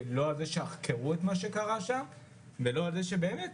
לשם חקירת האירוע ולשם טיפול בנפגעים.